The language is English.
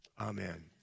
Amen